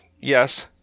yes